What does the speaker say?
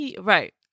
Right